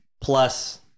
plus